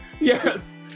Yes